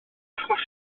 achosi